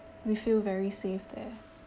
we feel very safe there